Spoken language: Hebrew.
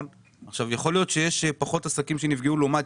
יכול להיות שיש פחות עסקים שנפגעו לעומת